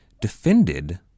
defended